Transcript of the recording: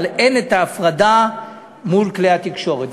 אבל אין ההפרדה מול כלי התקשורת.